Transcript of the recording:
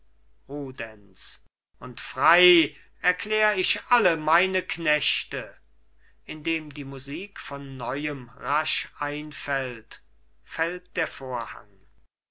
und frei erklär ich alle meine knechte indem die musik von neuem rasch einfällt fällt der vorhang